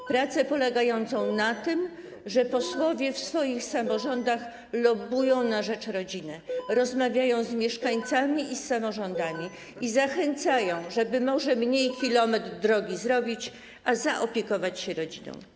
To praca polegająca na tym, że posłowie w swoich samorządach lobbują na rzecz rodziny, rozmawiają z mieszkańcami i z samorządami, zachęcają, żeby może zrobić 1 km drogi mniej, a zaopiekować się rodziną.